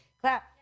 Clap